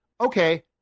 Okay